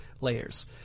layers